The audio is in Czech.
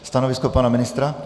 Stanovisko pana ministra?